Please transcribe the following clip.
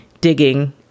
digging